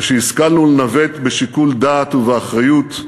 ושהשכלנו לנווט, בשיקול דעת ובאחריות,